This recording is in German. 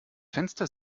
fenster